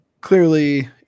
clearly